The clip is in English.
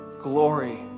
glory